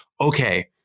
okay